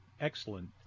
excellent